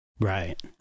Right